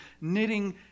knitting